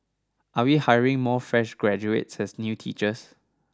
are we hiring more fresh graduates as new teachers